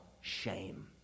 shame